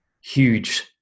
huge